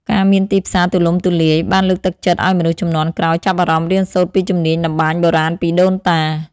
ការមានទីផ្សារទូលំទូលាយបានលើកទឹកចិត្តឱ្យមនុស្សជំនាន់ក្រោយ ចាប់អារម្មណ៍រៀនសូត្រពីជំនាញតម្បាញបុរាណពីដូនតា។